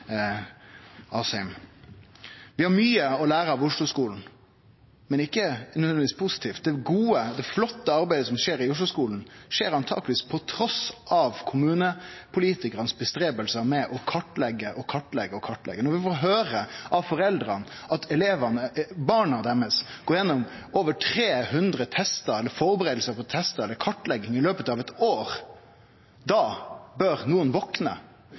Asheim! Vi har mykje å lære av Oslo-skolen, men ikkje nødvendigvis positivt. Det gode, det flotte arbeidet som skjer i Oslo-skolen, skjer antakeleg trass kommunepolitikarane sitt strev med å kartleggje og kartleggje og kartleggje. Når vi får høyre av foreldra at barna deira går igjennom over 300 testar, eller førebuingar på testar, eller kartlegging, i løpet av eitt år, da bør nokon vakne!